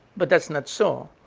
but that's not so.